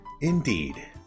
indeed